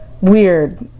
weird